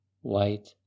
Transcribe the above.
white